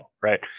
Right